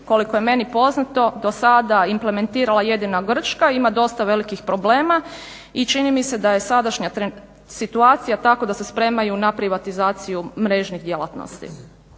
koliko je meni poznato do sada implementirala jedina Grčka, ima dosta velikih problema i čini mi se da je sadašnja situacija tako da se spremaju na privatizaciju mrežnih djelatnosti.